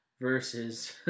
versus